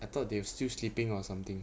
I thought they still sleeping or something